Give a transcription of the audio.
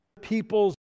people's